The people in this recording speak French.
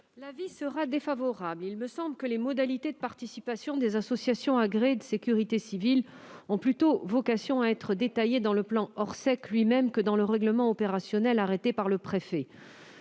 l'avis de la commission ? Les modalités de participation des associations agréées de sécurité civile ont davantage vocation à être détaillées dans le plan Orsec lui-même que dans le règlement opérationnel arrêté par le préfet.